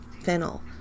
fennel